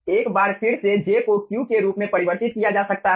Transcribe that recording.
और एक बार फिर से j को Q के रूप में परिवर्तित किया जा सकता है